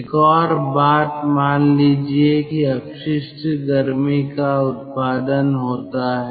एक और बात मान लीजिए कि अपशिष्ट गर्मी का उत्पादन होता है